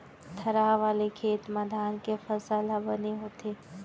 थरहा वाले खेत म धान के फसल ह बने होथे